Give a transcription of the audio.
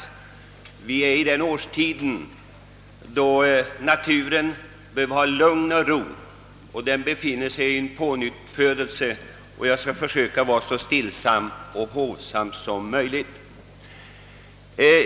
Vi är nu inne i den årstid då naturen behöver lugn och ro, eftersom den befinner sig i en period av pånyttfödelse och jag skall för söka vara så stillsam och hovsam som möjligt.